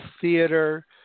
theater